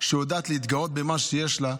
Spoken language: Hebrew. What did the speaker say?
שיודעת להתגאות במה שיש לה,